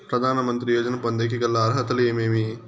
ప్రధాన మంత్రి యోజన పొందేకి గల అర్హతలు ఏమేమి?